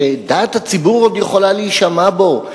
שדעת הציבור עוד יכולה להישמע בו,